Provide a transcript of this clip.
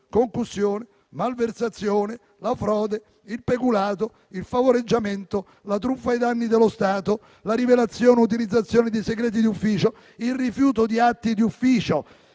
concussione, la malversazione, la frode, il peculato, il favoreggiamento, la truffa ai danni dello Stato, la rivelazione e utilizzazione di segreti di ufficio, il rifiuto di atti di ufficio.